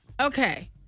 Okay